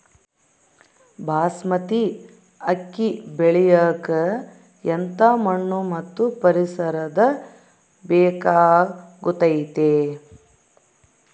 ಬಾಸ್ಮತಿ ಅಕ್ಕಿ ಬೆಳಿಯಕ ಎಂಥ ಮಣ್ಣು ಮತ್ತು ಪರಿಸರದ ಬೇಕಾಗುತೈತೆ?